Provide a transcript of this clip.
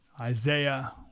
Isaiah